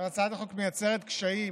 הצעת החוק מייצרת קשיים